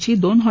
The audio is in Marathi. ची दोन हॉ